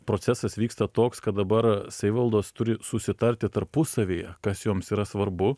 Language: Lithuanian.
procesas vyksta toks kad dabar savivaldos turi susitarti tarpusavyje kas joms yra svarbu